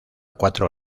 cuatro